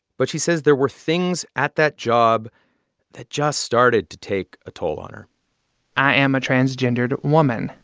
but she says there were things at that job that just started to take a toll on her i am a transgendered woman,